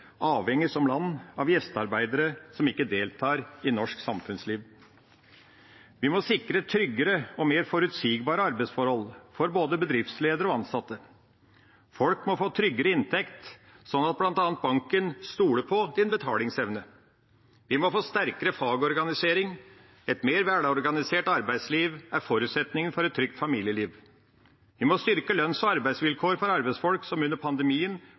avhengig av gjestearbeidere som ikke deltar i norsk samfunnsliv. Vi må sikre tryggere og mer forutsigbare arbeidsforhold for både bedriftsledere og ansatte. Folk må få tryggere inntekt, sånn at bl.a. banken stoler på din betalingsevne. Vi må få sterkere fagorganisering. Et mer velorganisert arbeidsliv er forutsetningen for et trygt familieliv. Vi må styrke lønns- og arbeidsvilkår for arbeidsfolk som under pandemien